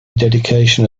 dedication